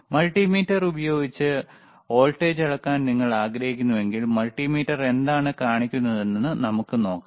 multimeter ഉപയോഗിച്ച് voltage അളക്കാൻ നിങ്ങൾ ആഗ്രഹിക്കുന്നുവെങ്കിൽ മൾട്ടിമീറ്റർ എന്താണ് കാണിക്കുന്നതെന്ന് നമുക്ക് നോക്കാം